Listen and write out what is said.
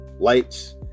lights